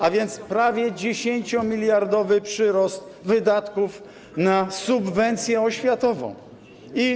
A więc prawie 10-miliardowy przyrost wydatków na subwencję oświatową.